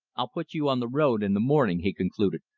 i'll put you on the road in the morning, he concluded,